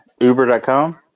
Uber.com